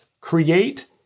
create